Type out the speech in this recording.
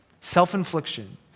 Self-infliction